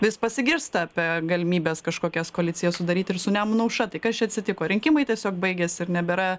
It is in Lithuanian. vis pasigirsta apie galimybes kažkokias koaliciją sudaryt ir su nemuno aušra tai kas čia atsitiko rinkimai tiesiog baigėsi ir nebėra